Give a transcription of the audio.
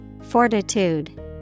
Fortitude